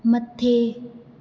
मथे